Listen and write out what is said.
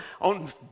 on